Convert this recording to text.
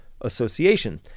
association